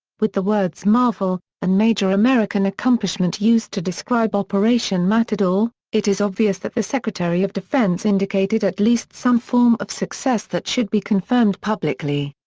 with the words marvel and major american accomplishment used to describe operation matador, it is obvious that the secretary of defense indicated at least some form of success that should be confirmed publicly.